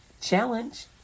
Challenge